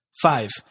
Five